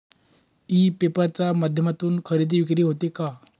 E paper च्या माध्यमातून खरेदी विक्री होते का?